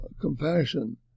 compassion